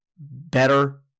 better